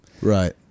Right